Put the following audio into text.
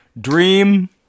Dream